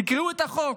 תקראו את החוק,